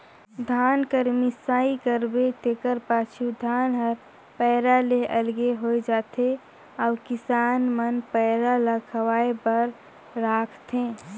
धान कर मिसाई करबे तेकर पाछू धान हर पैरा ले अलगे होए जाथे अउ किसान मन पैरा ल खवाए बर राखथें